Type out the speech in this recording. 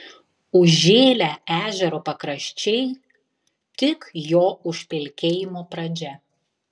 užžėlę ežero pakraščiai tik jo užpelkėjimo pradžia